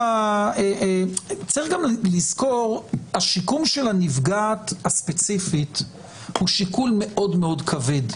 יש גם לזכור שיקום הנפגעת הספציפית שיקול מאוד כבד.